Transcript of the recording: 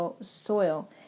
soil